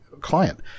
client